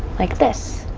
like this